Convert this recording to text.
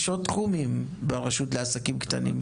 יש עוד תחומים ברשות לעסקים קטנים.